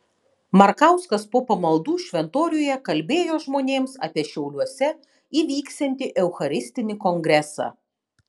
markauskas po pamaldų šventoriuje kalbėjo žmonėms apie šiauliuose įvyksiantį eucharistinį kongresą